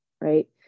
right